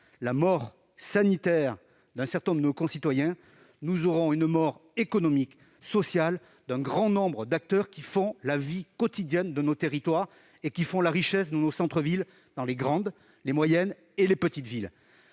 la mort « sanitaire » de certains de nos concitoyens, nous assisterons à une mort économique et sociale d'un grand nombre d'acteurs qui font la vie quotidienne de nos territoires et la richesse de nos centres-villes dans les grandes, moyennes et petites villes.